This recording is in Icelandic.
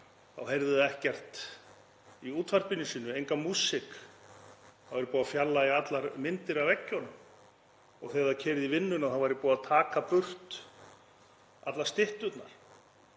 þá heyrði það ekkert í útvarpinu sínu, enga músík, það væri búið að fjarlægja allar myndir af veggjunum og þegar það keyrði í vinnuna væri búið að taka burt allar stytturnar.